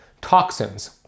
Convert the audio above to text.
toxins